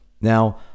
Now